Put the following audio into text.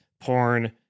porn